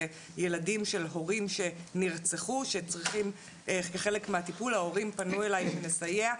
ילדים להורים שנרצחו וכחלק מהטיפול פנו אליי לסייע.